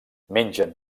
mengen